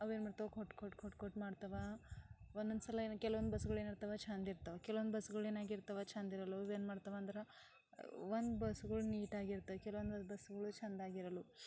ಅವೇನು ಮಾಡ್ತವ ಕೊಟ್ಟು ಕೊಟ್ಟು ಕೊಟ್ಟು ಕೊಟ್ಟು ಮಾಡ್ತವ ಒಂದೊಂದ್ಸಲ ಏನು ಕೆಲವೊಂದು ಬಸ್ಗಳು ಏನಿರ್ತಾವೆ ಚೆಂದ ಇರ್ತಾವೆ ಕೆಲವೊಂದು ಬಸ್ಗಳು ಏನಾಗಿರ್ತಾವೆ ಚೆಂದ ಇರಲ್ವ ಅವೇನು ಮಾಡ್ತವಂದ್ರೆ ಒಂದು ಬಸ್ಗಳು ನೀಟಾಗಿರ್ತವೆ ಕೆಲವೊಂದು ಬಸ್ಗಳು ಚೆಂದಾಗಿರಲ್ವು